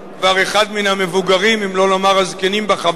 כבר אחד מן המבוגרים, אם לא נאמר הזקנים בחבורה.